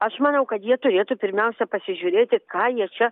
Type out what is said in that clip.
aš manau kad jie turėtų pirmiausia pasižiūrėti ką jie čia